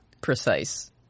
Precise